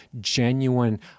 genuine